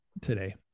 today